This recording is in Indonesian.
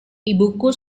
ibuku